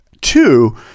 two